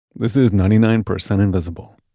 this is ninety nine percent invisible.